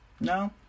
no